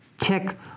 check